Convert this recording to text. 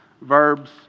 verbs